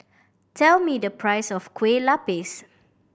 tell me the price of Kueh Lupis